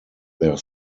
their